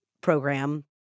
program